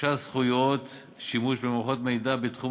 רכשה זכויות שימוש במערכות מידע בתחום